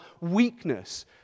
weakness